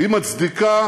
היא מצדיקה